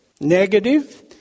negative